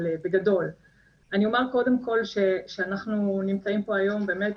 אני אומר קודם כל שאנחנו נמצאים פה היום באמת